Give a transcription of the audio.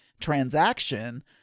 transaction